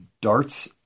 darts